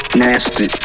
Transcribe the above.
nasty